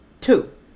Two